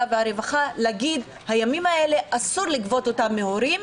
והרווחה לומר: אסור לגבות את הימים האלה מהורים,